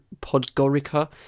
Podgorica